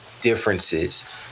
differences